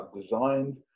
designed